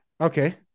okay